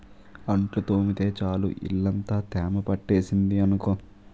అంట్లు తోమితే చాలు ఇల్లంతా తేమ పట్టేసింది అనుకో